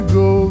go